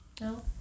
No